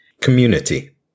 community